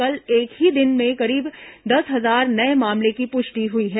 कल एक ही दिन में करीब दस हजार नये मामलों की प्रष्टि हई है